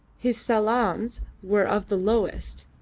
his salaams were of the lowest,